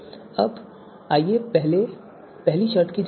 अब आइए पहले पहली शर्त की जाँच करें